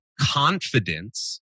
confidence